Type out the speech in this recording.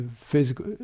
physical